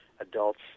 adults